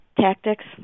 Tactics